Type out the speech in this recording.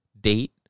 date